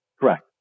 Correct